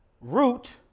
root